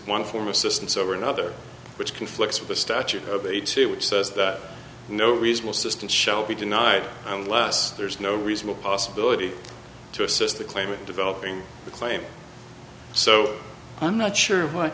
one form assistance over another which conflicts with the statute of a two which says that no reasonable system shall be denied unless there is no reasonable possibility to assist the claimant developing the claim so i'm not sure wh